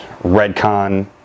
Redcon